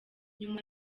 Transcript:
nyuma